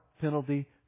penalty